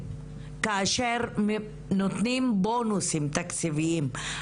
כאשר נותנים בונוסים תקציביים,